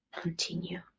Continue